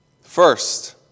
First